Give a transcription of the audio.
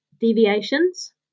deviations